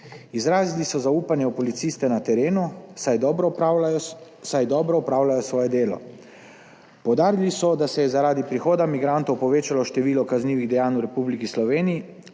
Izrazili so zaupanje v policiste na terenu, saj dobro opravljajo svoje delo. Poudarili so, da se je zaradi prihoda migrantov povečalo število kaznivih dejanj v Republiki Sloveniji